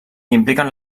impliquen